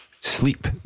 Sleep